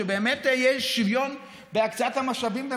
שבאמת יהיה שוויון בהקצאת המשאבים בין